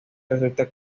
resulta